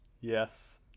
Yes